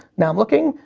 now i'm looking,